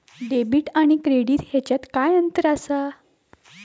Debit आणि credit ह्याच्यात काय अंतर असा?